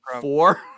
four